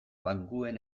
bankuen